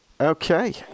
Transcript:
Okay